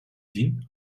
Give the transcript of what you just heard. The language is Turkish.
din